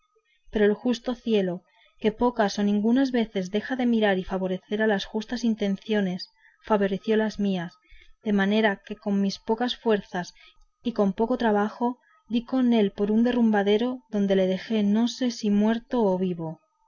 pero el justo cielo que pocas o ningunas veces deja de mirar y favorecer a las justas intenciones favoreció las mías de manera que con mis pocas fuerzas y con poco trabajo di con él por un derrumbadero donde le dejé ni sé si muerto o si vivo